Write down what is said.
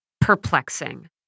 perplexing